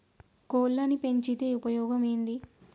కోళ్లని పెంచితే ఉపయోగం ఏంది?